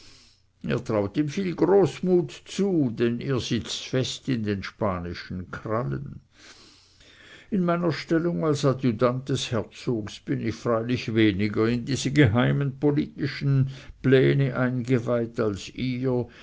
ihr traut ihm viel großmut zu denn ihr sitzt fest in den spanischen krallen in meiner stellung als adjutant des herzogs bin ich freilich weniger in diese geheimen politischen pläne eingeweiht als ihr